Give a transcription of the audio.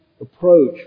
approach